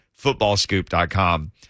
FootballScoop.com